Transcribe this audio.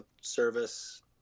service